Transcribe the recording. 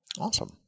Awesome